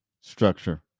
Structure